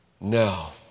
Now